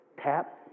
Tap